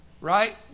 right